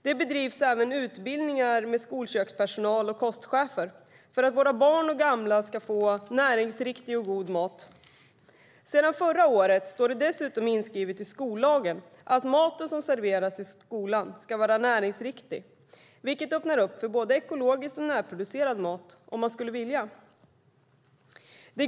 Det bedrivs även utbildningar med skolkökspersonal och kostchefer för att våra barn och gamla ska få näringsriktig och god mat. Sedan förra året står det dessutom inskrivet i skollagen att maten som serveras i skolan ska vara näringsriktig, vilket öppnar upp för både ekologisk och närproducerad mat om man skulle vilja det.